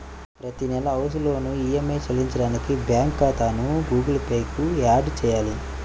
ప్రతి నెలా house loan EMI చెల్లించడానికి బ్యాంకు ఖాతాను గుగుల్ పే కు యాడ్ చేయాలి